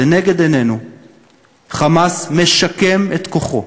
לנגד עינינו "חמאס" משקם את כוחו,